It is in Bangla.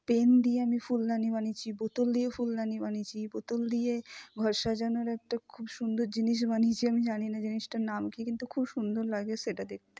পেন দিয়ে আমি ফুলদানি বানিয়েছি বোতল দিয়েও ফুলদানি বানিয়েছি বোতল দিয়ে ঘর সাজানোর একটা খুব সুন্দর জিনিস বানিয়েছি আমি জানি না জিনিসটার নাম কী কিন্তু খুব সুন্দর লাগে সেটা দেখতে